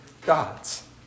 gods